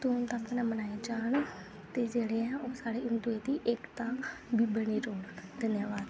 धूमधाम कन्नै मनाए जान ते जेह्ड़े साढ़े हिंदू दी एकता बनी रवै धन्यवाद